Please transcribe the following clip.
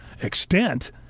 Extent